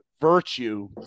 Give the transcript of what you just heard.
virtue